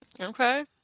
Okay